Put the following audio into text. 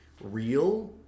Real